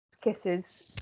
kisses